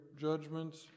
judgments